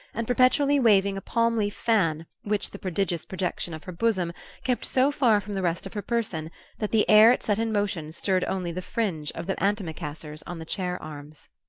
and perpetually waving a palm-leaf fan which the prodigious projection of her bosom kept so far from the rest of her person that the air it set in motion stirred only the fringe of the anti-macassars on the chair-arms.